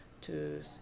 two